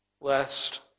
lest